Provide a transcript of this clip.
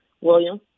William